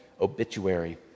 obituary